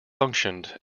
functioned